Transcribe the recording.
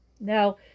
Now